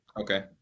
Okay